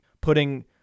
putting